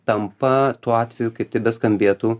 tampa tuo atveju kaip tai beskambėtų